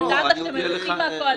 ידעת שהם --- מהקואליציה,